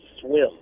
swim